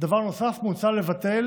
דבר נוסף, מוצע לבטל